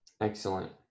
Excellent